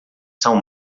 são